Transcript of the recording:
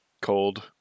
Cold